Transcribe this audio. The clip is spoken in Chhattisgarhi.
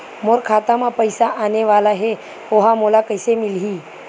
मोर खाता म पईसा आने वाला हे ओहा मोला कइसे मिलही?